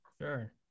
Sure